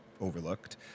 overlooked